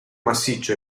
massiccio